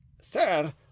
sir